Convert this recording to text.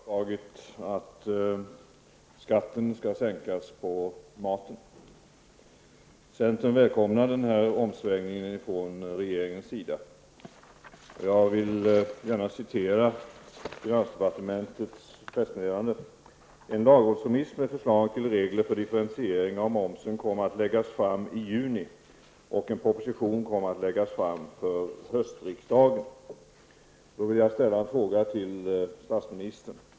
Herr talman! I veckan har regeringen föreslagit att skatten skall sänkas på maten. Centern välkomnar denna omsvängning från regeringens sida. Jag vill gärna läsa ur finansdepartementets pressmeddelande: En lagrådsremiss med förslag till regler för differentiering av momsen kommer att läggas fram i juni och en proposition kommer att läggas fram för höstriksdagen.